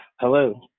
hello